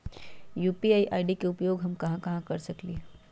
UPI ID के उपयोग हम कहां कहां कर सकली ह?